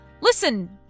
Listen